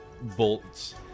bolts